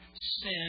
sin